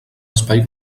espai